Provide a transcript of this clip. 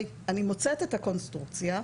אני מוצאת את הקונסטרוקציה,